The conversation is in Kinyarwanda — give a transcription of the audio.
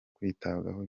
kwitabwaho